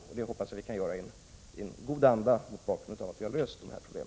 Det hoppas jag att vi kan göra i en god anda mot bakgrund av att vi har löst dessa problem.